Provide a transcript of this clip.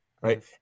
Right